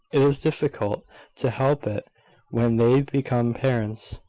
it is difficult to help it when they become parents.